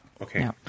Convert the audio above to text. okay